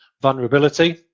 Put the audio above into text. vulnerability